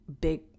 big